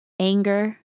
anger